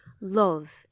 love